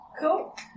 Cool